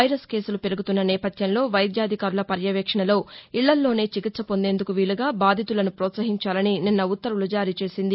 virus కేసులు పెరుగుతున్న నేపథ్యంలో వైద్యాధికారుల పర్యవేక్షణలో ఇళ్లల్లోనే చికిత్స పొందేందుకు వీలుగా బాధితులసు ప్రోత్సహించాలని నిన్న ఉత్తర్వులు జారీచేసింది